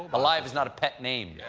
alive is not a pet name, yeah